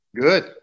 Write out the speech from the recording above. Good